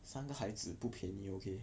三个孩子不便宜 okay